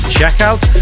Checkout